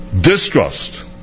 distrust